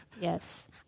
Yes